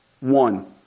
one